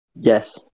Yes